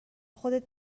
خودت